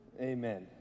Amen